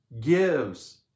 gives